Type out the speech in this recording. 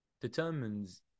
determines